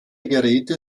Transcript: geräte